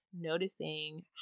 noticing